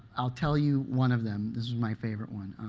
i'll tell you one of them. this is my favorite one.